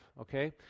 okay